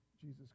Jesus